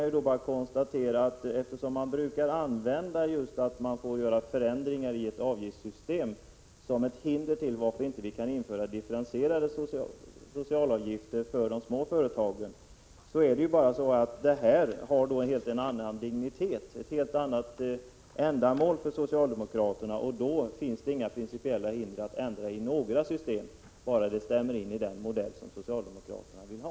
Jag konstaterar då att socialdemokrater na brukar peka just på nödvändigheten av att göra förändringar i ett avgiftssystem som ett hinder när det gäller att införa differentierade socialavgifter för de små företagen. Men i det här fallet har åtgärden en helt annan dignitet för socialdemokraterna och skall tillgodose ett helt annat ändamål. Då finns det inga principella hinder att ändra i några system, bara det överensstämmer med den modell som socialdemokraterna vill ha.